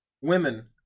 Women